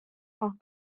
fan